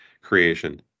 creation